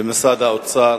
במשרד האוצר,